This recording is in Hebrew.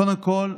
קודם כול,